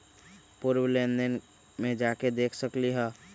पूर्व लेन देन में जाके देखसकली ह?